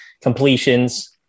completions